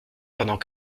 pendant